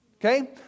okay